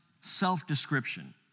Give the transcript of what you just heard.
self-description